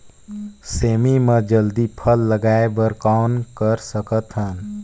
सेमी म जल्दी फल लगाय बर कौन कर सकत हन?